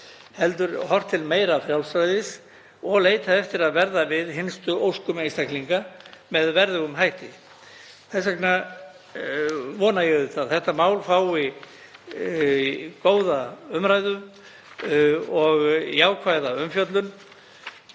heldur horft til meira frjálsræðis og leitað eftir að verða við hinstu óskum einstaklinga með verðugum hætti. Þess vegna vona ég að málið fái góða umræðu, jákvæða umfjöllun